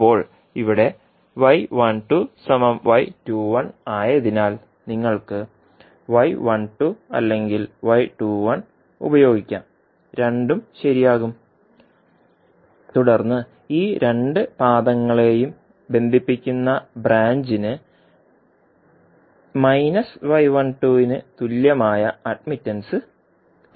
ഇപ്പോൾ ഇവിടെ ആയതിനാൽ നിങ്ങൾക്ക് അല്ലെങ്കിൽ ഉപയോഗിക്കാം രണ്ടും ശരിയാകും തുടർന്ന് ഈ രണ്ട് പാദങ്ങളെയും ബന്ധിപ്പിക്കുന്ന ബ്രാഞ്ചിന് y12 ന് തുല്യമായ അഡ്മിറ്റൻസ് ലഭിക്കും